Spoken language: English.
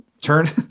turn